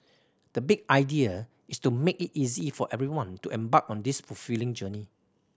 the big idea is to make it easy for everyone to embark on this fulfilling journey